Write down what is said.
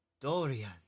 Dorian